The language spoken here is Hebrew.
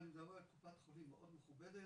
ואני מדבר על קופת חולים מאד מכובדת,